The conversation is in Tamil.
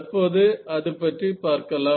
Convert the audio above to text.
தற்போது அதுபற்றி பார்க்கலாம்